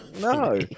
No